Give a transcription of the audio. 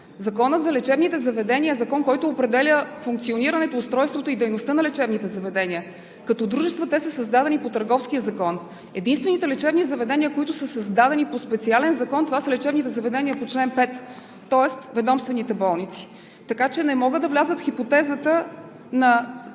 Законът за лечебните заведения е закон, който определя функционирането, устройството и дейността на лечебните заведения. Като дружества те са създадени по Търговския закон. Единствените лечебни заведения, които са създадени по специален закон, това са лечебните заведения по чл. 5, тоест ведомствените болници, така че не мога да влязат в хипотезата на